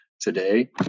today